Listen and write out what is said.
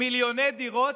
מיליוני דירות,